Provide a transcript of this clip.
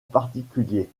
particulier